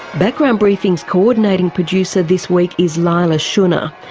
background briefing's coordinating producer this week is leila shunnar.